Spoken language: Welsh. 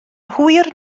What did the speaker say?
hwyr